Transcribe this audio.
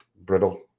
brittle